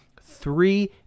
three